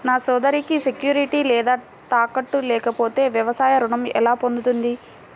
నా సోదరికి సెక్యూరిటీ లేదా తాకట్టు లేకపోతే వ్యవసాయ రుణం ఎలా పొందుతుంది?